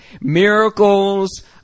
miracles